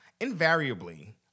invariably